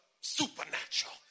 supernatural